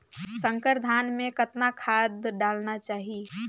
संकर धान मे कतना खाद डालना चाही?